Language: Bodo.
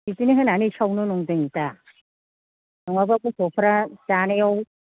बिदिनो होनानै सावनो सानदों दा नङाबा गथ'फोरा जानायाव